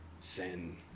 sin